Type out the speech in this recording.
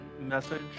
message